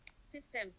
system